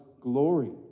glory